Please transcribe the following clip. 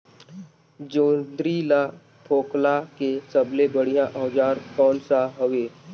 जोंदरी ला फोकला के सबले बढ़िया औजार कोन सा हवे?